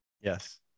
Yes